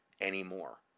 anymore